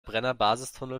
brennerbasistunnel